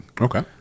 okay